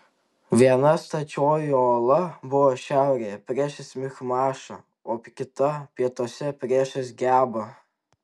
viena stačioji uola buvo šiaurėje priešais michmašą o kita pietuose priešais gebą